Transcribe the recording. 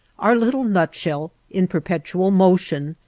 our little nutshell, in perpetual motion,